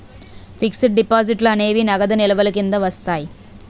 fixed డిపాజిట్లు అనేవి నగదు నిల్వల కింద వస్తాయి